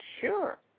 Sure